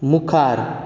मुखार